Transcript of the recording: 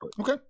Okay